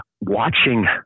watching